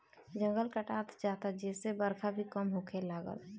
जंगल कटात जाता जेसे बरखा भी कम होखे लागल